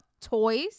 toys